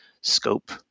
scope